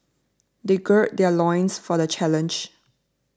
they gird their loins for the challenge